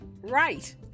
Right